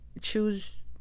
choose